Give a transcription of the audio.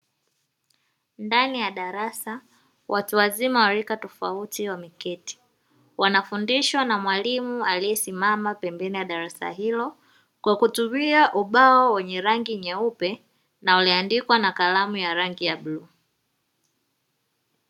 Ndani ya darasa watu wazima wa rika tofauti wameketi wanafundishwa na mwalimu aliyesimama pembeni ya darasa hilo, kwa kutumia ubao wenye rangi nyeupe na ulioandikwa na kalamu ya rangi ya bluu.